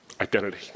Identity